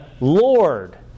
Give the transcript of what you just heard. Lord